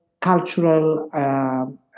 cultural